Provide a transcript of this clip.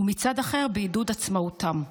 ומצד אחר בעידוד עצמאותם.